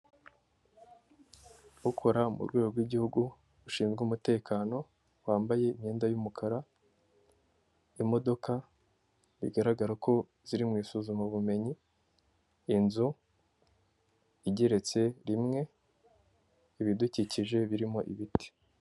Ukora mu rwego rw'igihugu rushinzwe umutekano wambaye imyenda y'umukara, imodoka bigaragara ko ziri mu isuzumabumenyi, inzu igeretse rimwe, ibidukikije birimo ibiti.